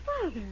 Father